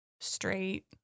straight